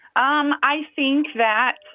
um i think that,